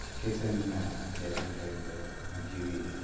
ᱪᱤᱠᱟᱹᱛᱮᱢ ᱡᱮ ᱚᱸᱰᱮ ᱫᱚ ᱡᱤᱣᱤ